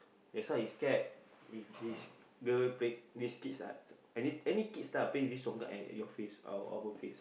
that's why you scared with this girl play these kids ah any kids lah play this congkak at your face our face